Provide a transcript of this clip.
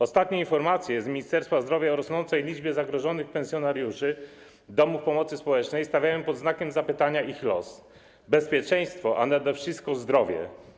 Ostatnie informacje z Ministerstwa Zdrowia o rosnącej liczbie zagrożonych pensjonariuszy domów pomocy społecznej stawiają pod znakiem zapytania ich los, bezpieczeństwo, a nade wszystko zdrowie.